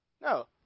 No